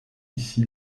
ici